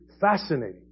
fascinating